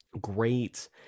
great